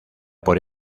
por